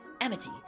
Amity